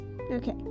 Okay